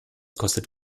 kostet